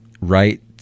right